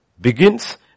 begins